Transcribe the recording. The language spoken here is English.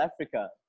Africa